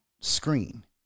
screen